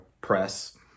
press